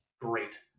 great